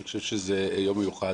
אני חושב שזה יום מיוחד.